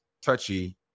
touchy